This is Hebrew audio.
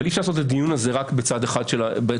אי אפשר לעשות את הדיון הזה רק בצד אחד של המשוואה.